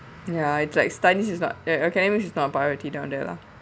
ya it's like study is not the academic is not a priority down there lah